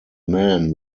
men